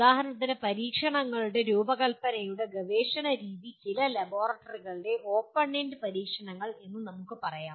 ഉദാഹരണത്തിന് പരീക്ഷണങ്ങളുടെ രൂപകൽപ്പനയുടെ ഗവേഷണ രീതി ചില ലബോറട്ടറികളിലെ ഓപ്പൺ എൻഡ് പരീക്ഷണങ്ങളിലൂടെ അനുഭവിച്ചറിയാം എന്ന് നമുക്ക് പറയാം